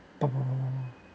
pom